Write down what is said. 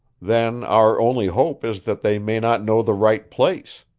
then our only hope is that they may not know the right place.